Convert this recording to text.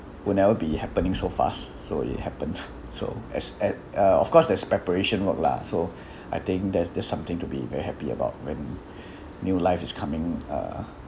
would never be happening so fast so it happened so as at uh of course there's preparation work lah so I think there's there's something to be very happy about when new life is coming uh